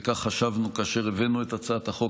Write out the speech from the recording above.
וכך חשבנו כאשר הבאנו את הצעת החוק,